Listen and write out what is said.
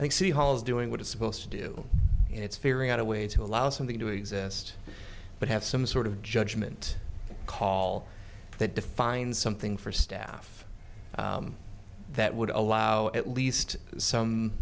see hall's doing what it's supposed to do it's figuring out a way to allow something to exist but have some sort of judgement call that defines something for staff that would allow at least some